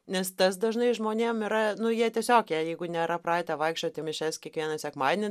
nes tas dažnai žmonėm yra nu jie tiesiog jeigu nėra pratę vaikščiot į mišias kiekvieną sekmadienį